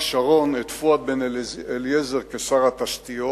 שרון את פואד בן-אליעזר כשר התשתיות,